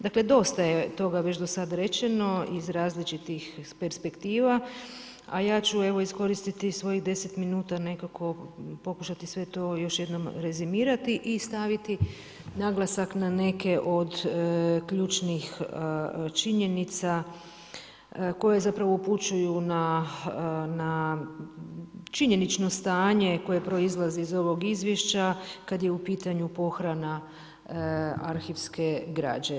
Dakle dosta je toga već do sad rečeno iz različitih perspektiva, a ja ću evo iskoristiti svojih 10 minuta nekako, pokušati sve to još jednom rezimirat i staviti naglasak na neke od ključnih činjenica koje zapravo upućuju na činjenično stanje koje proizlazi iz ovog izvješća kad je u pitanju pohrana arhivske građe.